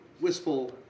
wistful